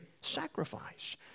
sacrifice